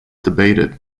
debated